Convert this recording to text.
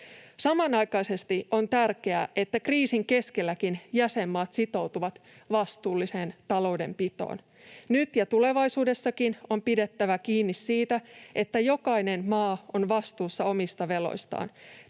Samanaikaisesti on tärkeää, että kriisin keskelläkin jäsenmaat sitoutuvat vastuulliseen taloudenpitoon. Nyt ja tulevaisuudessakin on pidettävä kiinni siitä, että jokainen maa on vastuussa omista veloistaan.